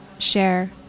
share